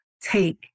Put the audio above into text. take